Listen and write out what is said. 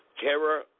Terror